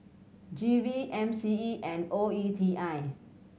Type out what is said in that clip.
G V M C E and O E T I